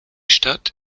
stadt